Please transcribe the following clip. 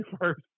first